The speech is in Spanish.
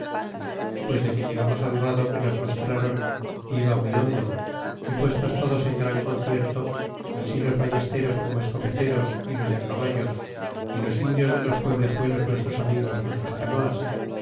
pues de que llegamos al vado que nos mostrron iba muy hondo y puestos todos en gran concierto ansi los ballesteros corno escopeteros y los de caballo y los indios de los pueblezuelos nuestros amigos con sus canoas